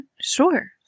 sure